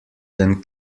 than